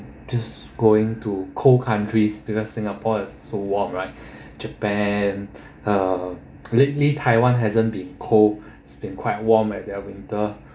just going to cold countries because singapore is so warm right japan uh lately taiwan hasn't been cold it's been quite warm at their winter